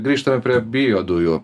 grįžtame prie biodujų